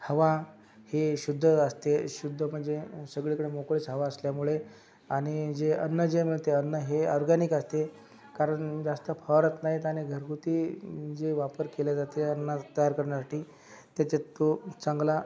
हवा हे शुद्ध असते शुद्ध म्हणजे सगळीकडे मोकळीच हवा असल्यामुळे आणि जे अन्न जे मिळते अन्न हे ऑर्गानिक असते कारण जास्त फवारत नाहीत आणि घरगुती जे वापर केल्या जाते अन्न तयार करण्यासाठी त्याचे तो चांगला